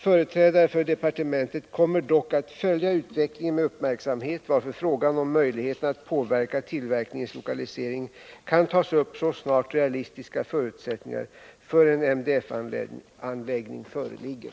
Företrädare för departementet kommer dock att följa utvecklingen med uppmärksamhet, varför frågan om möjligheterna att påverka tillverkningens lokalisering kan tas upp så snart realistiska förutsättningar för en MDF-anläggning föreligger.